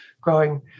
growing